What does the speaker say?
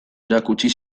erakutsi